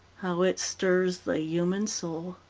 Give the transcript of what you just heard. how it stirs the human soul.